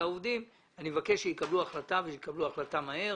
העובדים אני מבקש שיקבלו החלטה ויקבלו החלטה מהר.